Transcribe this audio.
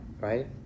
right